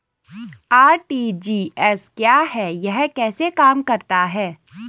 RTGS क्या है यह कैसे काम करता है?